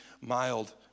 mild